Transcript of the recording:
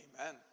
Amen